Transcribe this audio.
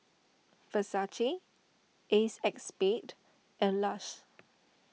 Versace Acexspade and Lush